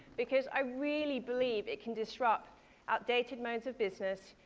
because i really believe it can disrupt outdated modes of business,